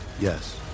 Yes